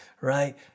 Right